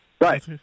Right